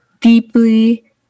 deeply